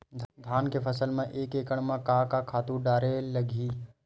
धान के फसल म एक एकड़ म का का खातु डारेल लगही?